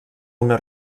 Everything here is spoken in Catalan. una